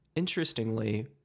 Interestingly